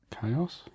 Chaos